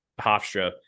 hofstra